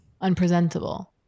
unpresentable